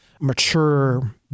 mature